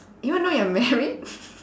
even though you are married